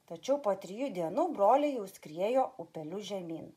tačiau po trijų dienų broliai jau skriejo upeliu žemyn